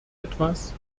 etwas